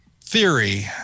theory